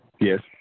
Yes